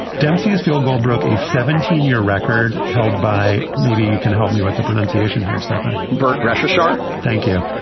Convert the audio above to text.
dempsey is field goal brook a seventeen year record held by. maybe you can help me with the pronunciation here. stefan burke, rasha. thank you.